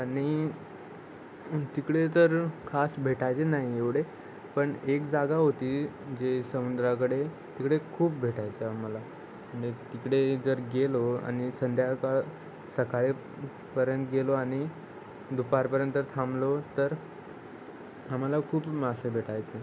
आणि तिकडे तर खास भेटायचे नाही एवढे पण एक जागा होती जे समुद्राकडे तिकडे खूप भेटायचं आम्हाला तिकडे जर गेलो आणि संध्याकाळ सकाळीपर्यंत गेलो आणि दुपारपर्यंत थांबलो तर आम्हाला खूप मासे भेटायचे